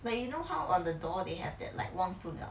like you know how on the door they have that like 忘不了